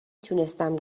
تونستم